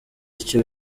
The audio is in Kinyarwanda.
icyo